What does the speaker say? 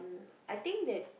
I think that